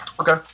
Okay